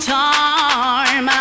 time